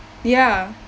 ya